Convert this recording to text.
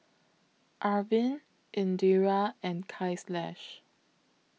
Arvind Indira and Kailash